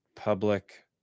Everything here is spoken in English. public